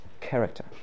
character